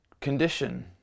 condition